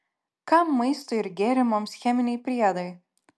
kam maistui ir gėrimams cheminiai priedai